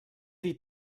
dir